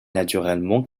naturellement